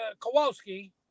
Kowalski